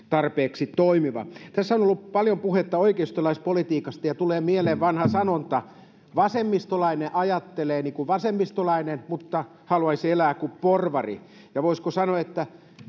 tarpeeksi toimiva tässä on on ollut paljon puhetta oikeistolaispolitiikasta ja tulee mieleen vanha sanonta vasemmistolainen ajattelee niin kuin vasemmistolainen mutta haluaisi elää kuin porvari voisiko sanoa että